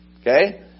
Okay